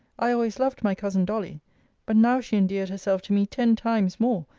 i always loved my cousin dolly but now she endeared herself to me ten times more,